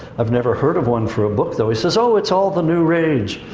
i've never heard of one for a book, though. he says, oh, it's all the new rage.